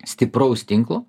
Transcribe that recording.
stipraus tinklo